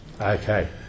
Okay